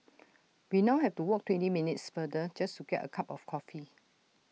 we now have to walk twenty minutes further just to get A cup of coffee